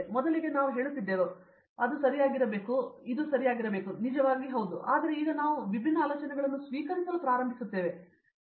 ಮೊದಲಿಗೆ ನಾವು ಹಾಗೆ ಹೇಳುತ್ತಿದ್ದೆವು ಹೌದು ನಾನು ಹೇಳಿದ್ದನ್ನು ಸರಿಯಾಗಿರಬೇಕು ಅದು ಸರಿ ನಿಜವಾಗಿ ಸರಿ ಆದರೆ ಈಗ ನಾವು ವಿಭಿನ್ನ ಆಲೋಚನೆಗಳನ್ನು ಸ್ವೀಕರಿಸಲು ಪ್ರಾರಂಭಿಸುತ್ತೇವೆ